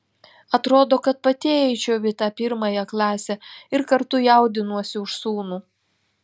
atrodo kad pati eičiau į tą pirmąją klasę ir kartu jaudinuosi už sūnų